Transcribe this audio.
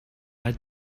had